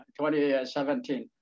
2017